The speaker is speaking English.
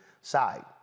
side